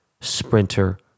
Sprinter